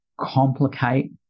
complicate